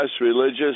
religious